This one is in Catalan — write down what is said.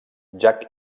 jack